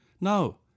No